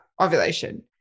ovulation